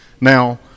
Now